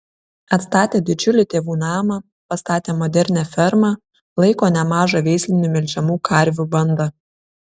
atstatė didžiulį tėvų namą pastatė modernią fermą laiko nemažą veislinių melžiamų karvių bandą